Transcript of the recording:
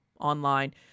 online